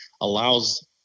allows